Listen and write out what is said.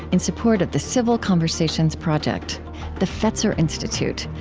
in support of the civil conversations project the fetzer institute,